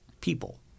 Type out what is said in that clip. people